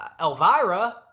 Elvira